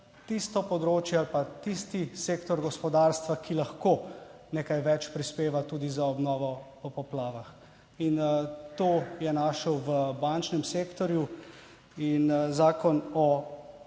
tisto področje ali pa tisti sektor gospodarstva, ki lahko nekaj več prispeva tudi za obnovo po poplavah in to je našel v bančnem sektorju. In Zakon